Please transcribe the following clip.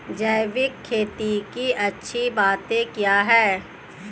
जैविक खेती की अच्छी बातें क्या हैं?